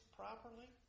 properly